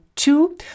Two